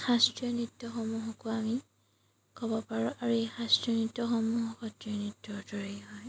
শাস্ত্ৰীয় নৃত্যসমূহকো আমি ক'ব পাৰোঁ আৰু এই শাস্ত্ৰীয় নৃত্যসমূহ সত্ৰীয়া নৃত্যৰ দৰে হয়